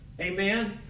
Amen